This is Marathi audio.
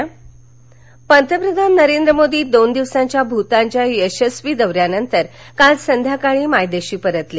पंतप्रधान पंतप्रधान नरेंद्र मोदी दोन दिवसांच्या भूतानच्या यशस्वी दौ यानंतर काल संध्याकाळी मायदेशी परतले